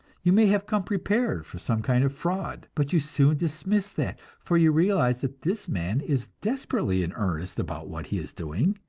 you may have come prepared for some kind of fraud, but you soon dismiss that, for you realize that this man is desperately in earnest about what he is doing,